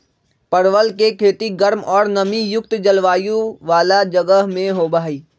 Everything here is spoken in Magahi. परवल के खेती गर्म और नमी युक्त जलवायु वाला जगह में होबा हई